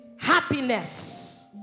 happiness